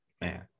man